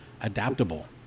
adaptable